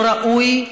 לא ראוי,